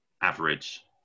Average